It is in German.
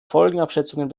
folgenabschätzungen